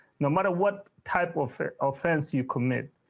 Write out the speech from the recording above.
no matter what type of fare offense you commit.